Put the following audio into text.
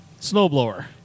snowblower